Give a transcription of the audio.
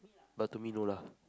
but to me no lah